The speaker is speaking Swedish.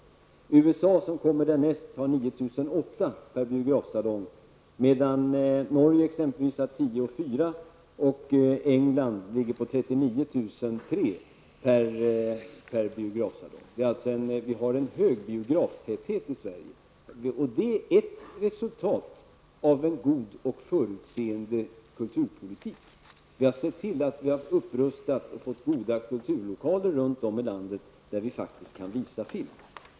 I USA, som kommer därnäst, har man 9 800 per biografsalong. I Norge har man 10 400 och i England 39 300 per biografsalong. Vi har alltså en stor biograftäthet i Sverige, och det är ett resultat av en god och förutseende kulturpolitik. Vi har sett till att vi har upprustat och fått goda kulturlokaler runt om i landet, lokaler där man faktiskt kan visa film.